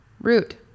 Root